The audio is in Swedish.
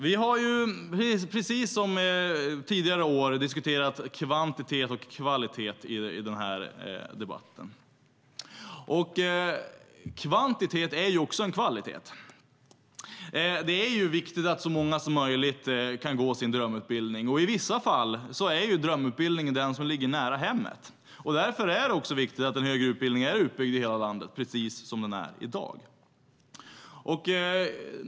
Vi har, precis som tidigare år, diskuterat kvantitet och kvalitet i den här debatten. Kvantitet är ju också en kvalitet. Det är viktigt att så många som möjligt kan gå sin drömutbildning. I vissa fall är drömutbildningen den som ligger nära hemmet. Därför är det viktigt att den högre utbildningen är utbyggd i hela landet, precis som den är i dag.